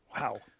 Wow